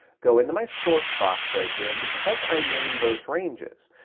go into my source box right here, and because i named those ranges,